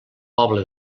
poble